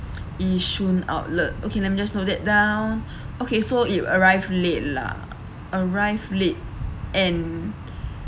yishun outlet okay let me just note that down okay so it arrived late lah arrived late and